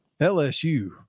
LSU